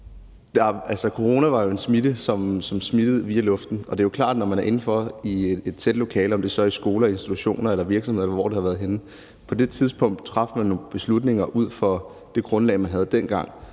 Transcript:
corona var en sygdom, som smittede via luften, hvilket har betydning, når man er indenfor i et lokale og står tæt, om det så er i skoler, andre institutioner, virksomheder, eller hvor det har været henne. På det tidspunkt traf man nogle beslutninger ud fra det grundlag, man havde dengang.